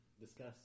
discuss